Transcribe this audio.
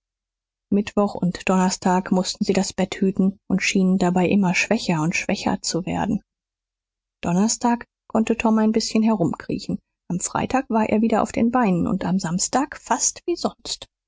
mittwoch und donnerstag mußten sie das bett hüten und schienen dabei immer schwächer und schwächer zu werden donnerstag konnte tom ein bißchen herumkriechen am freitag war er wieder auf den beinen und am samstag fast wie sonst